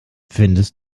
findest